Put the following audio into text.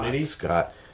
Scott